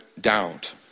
doubt